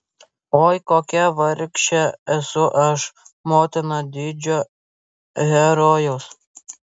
oi kokia vargšė esu aš motina didžio herojaus